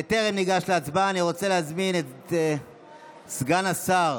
בטרם ניגש להצבעה, אני רוצה להזמין את סגן השר